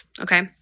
Okay